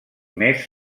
més